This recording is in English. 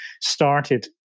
started